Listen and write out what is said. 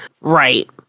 Right